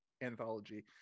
anthology